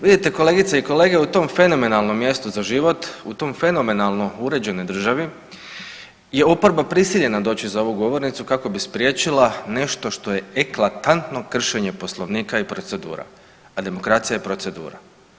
Vidite kolegice i kolege u tom fenomenalnom mjestu za život u tom fenomenalno uređenoj državi je oporba prisiljena doći za ovu govornicu kako bi spriječila nešto što je eklatantno kršenje Poslovnika i procedura, a demokracija je procedura.